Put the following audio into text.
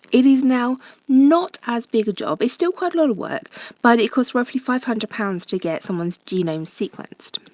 it is now not as big a job. it's still quite a lot of work but it costs roughly five hundred pounds to get someone's genome sequenced.